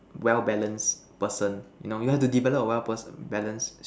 well balanced person you know you have to develop a well person balanced